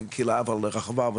מהקהילה הרחבה.